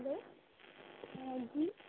hello जी